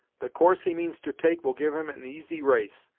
the course he means to take will give him an easy race,